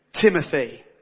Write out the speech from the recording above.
Timothy